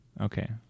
okay